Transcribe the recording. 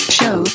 show